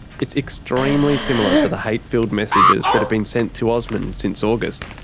it's extremely similar to the hate-filled messages that have been sent to osman since august,